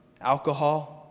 alcohol